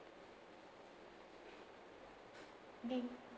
okay